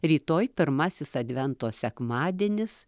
rytoj pirmasis advento sekmadienis